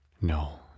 No